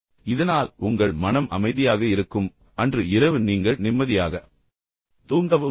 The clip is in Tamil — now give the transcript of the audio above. இதனால் உங்கள் மனம் அமைதியாக இருக்கும் அன்று இரவு நீங்கள் நிம்மதியாக தூங்கவும் முடியும்